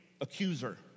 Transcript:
accuser